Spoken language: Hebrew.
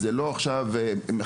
לא על סמך מחקר,